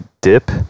dip